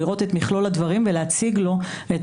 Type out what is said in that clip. אלא לראות את מכלול הדברים ולהציג לו את